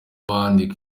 n’ahandi